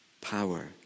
power